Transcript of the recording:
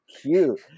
cute